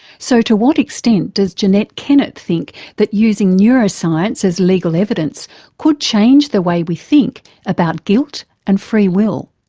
so to what extent does jeannette kennett think that using neuroscience as legal evidence could change the way we think about guilt and free will?